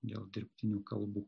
dėl dirbtinių kalbų